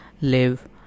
live